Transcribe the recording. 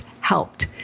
helped